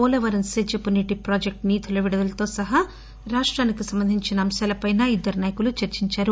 పోలవరం సేద్యపునీటి ప్రాజెక్టు నిధుల విడుదలతో సహా రాష్టానికి సంబంధించిన అంశాలపైన ఇద్దరు నాయకులు చర్చించారు